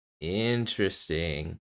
Interesting